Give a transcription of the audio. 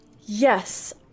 Yes